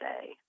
say